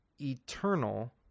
eternal